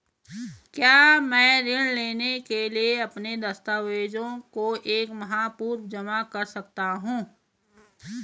क्या मैं ऋण लेने के लिए अपने दस्तावेज़ों को एक माह पूर्व जमा कर सकता हूँ?